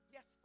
Yes